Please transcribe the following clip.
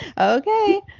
okay